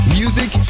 music